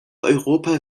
europa